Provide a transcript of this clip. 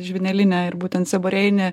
žvynelinę ir būtent seborėjinį